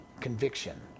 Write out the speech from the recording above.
conviction